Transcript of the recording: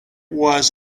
was